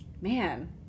man